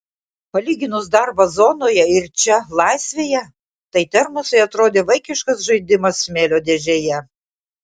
palyginus darbą zonoje ir čia laisvėje tai termosai atrodė vaikiškas žaidimas smėlio dėžėje